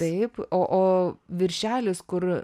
taip o o viršelis kur